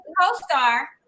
co-star